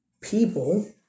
people